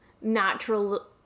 natural